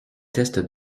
test